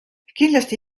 kindlasti